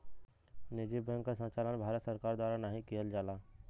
निजी बैंक क संचालन भारत सरकार द्वारा नाहीं किहल जाला